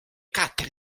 quatre